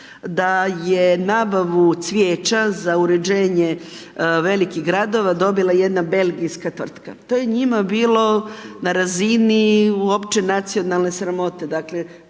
da je nabavu cvijeća za uređenje velikih gradova dobila jedna belgijska tvrtka. To je njima bilo na razini uopće nacionalne sramote,